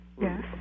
Yes